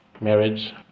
marriage